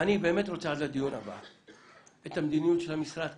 אני באמת רוצה עד לדיון הבא את המדיניות של המשרד,